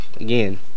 Again